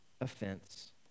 offense